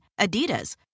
Adidas